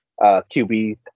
QB